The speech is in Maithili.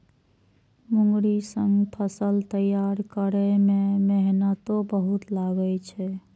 मूंगरी सं फसल तैयार करै मे मेहनतो बहुत लागै छै